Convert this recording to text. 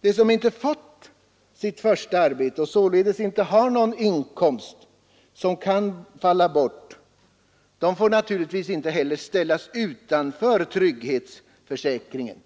De som inte fått sitt första arbete och således inte har någon inkomst som kan falla bort skall naturligtvis inte heller ställas utanför trygghetsförsäkringen.